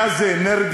גז זה אנרגיה,